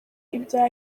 ibya